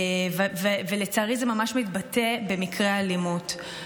לצערי, זה ממש מתבטא במקרי האלימות.